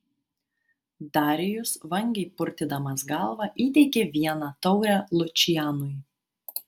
darijus vangiai purtydamas galvą įteikė vieną taurę lučianui